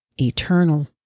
eternal